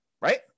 right